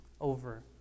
over